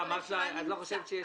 אמרת שאת לא חושבת שיש צורך.